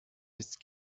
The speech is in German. ist